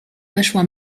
weszła